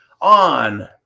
on